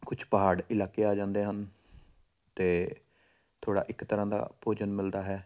ਕੁਛ ਪਹਾੜ ਇਲਾਕੇ ਆ ਜਾਂਦੇ ਹਨ ਅਤੇ ਥੋੜ੍ਹਾ ਇੱਕ ਤਰ੍ਹਾਂ ਦਾ ਭੋਜਨ ਮਿਲਦਾ ਹੈ